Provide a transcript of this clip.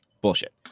bullshit